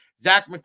Zach